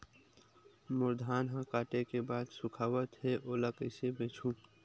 मोर धान ह काटे के बाद सुखावत हे ओला कइसे बेचहु?